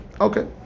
Okay